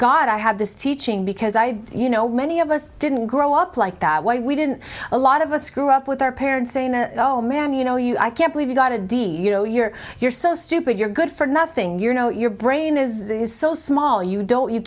god i have this teaching because i you know many of us didn't grow up like that why we didn't a lot of us grew up with our parents saying oh man you know you i can't believe you got a d you know you're you're so stupid you're good for nothing you know your brain is is so small you don't you